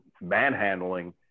manhandling